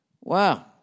Wow